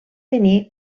tenir